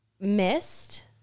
missed